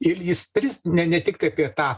ir jis tris ne ne tiktai apie tą